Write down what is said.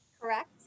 Correct